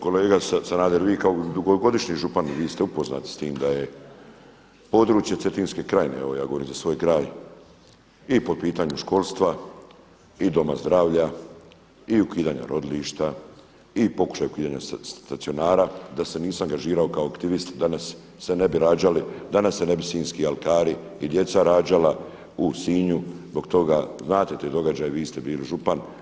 Kolega Sanader, vi kao dugogodišnji župan vi ste upoznati s time da je područje Cetinske krajine evo ja govorim za svoj kraj i po pitanju školstva, i doma zdravlja, i ukidanja rodilišta, i pokušaj ukidanja stacionara – da se nisam angažirao kao aktivist danas se ne bi sinjski alkari i djeca rađala u Sinju – zbog toga znate te događaje vi ste bili župan.